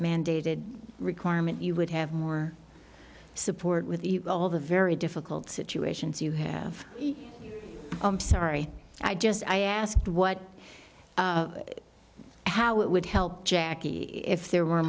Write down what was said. mandated requirement you would have more support with the very difficult situations you have i'm sorry i just i asked what how it would help jackie if there were